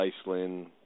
iceland